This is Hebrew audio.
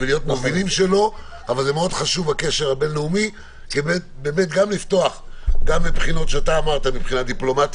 אבל מאוד חשוב הקשר הבין לאומי גם לפתוח מבחינה דיפלומטית,